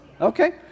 Okay